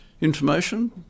information